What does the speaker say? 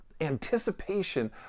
anticipation